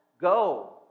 go